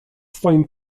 swoim